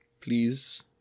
please